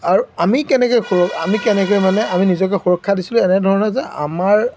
আৰু আমি কেনেকৈ আমি কেনেকৈ মানে আমি নিজকে সুৰক্ষা দিছিলোঁ এনেধৰণে যে আমাৰ